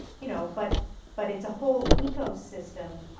you know but but it's a whole ecosystem